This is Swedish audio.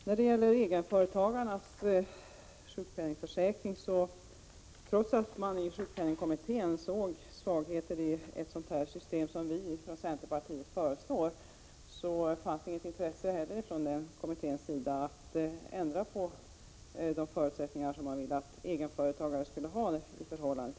När det gäller egenföretagarnas sjukpenningförsäkring såg sjukpenningkommittén svagheter i ett sådant system som centerpartiet föreslår, och kommittén hade inget intresse av att ändra egenföretagarnas sjukpenningförhållanden.